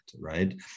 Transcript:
Right